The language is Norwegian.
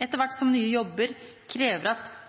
etter hvert som nye jobber krever at